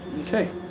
Okay